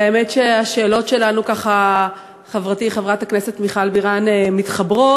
האמת היא שהשאלות שלי ושל חברתי חברת הכנסת מיכל בירן מתחברות.